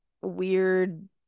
weird